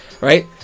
Right